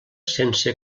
sense